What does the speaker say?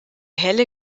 helle